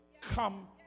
come